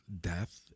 death